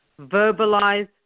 verbalize